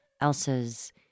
Elsa's